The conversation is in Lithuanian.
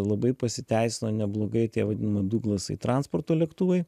labai pasiteisino neblogai tie vadinami duglasai transporto lėktuvai